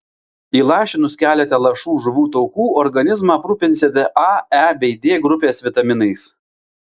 įlašinus keletą lašų žuvų taukų organizmą aprūpinsite a e bei d grupės vitaminais